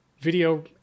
video